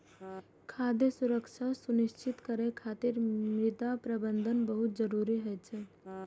खाद्य सुरक्षा सुनिश्चित करै खातिर मृदा प्रबंधन बहुत जरूरी होइ छै